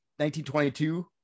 1922